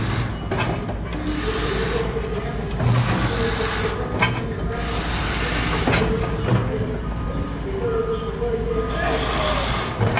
ay cuán triste mente las empleamos mientras que tantas almas bajas y dignas de nuestra suerte gozan de todos los favores de la fortuna